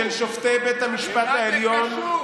אנשים גדולים וחשובים,